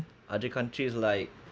other countries like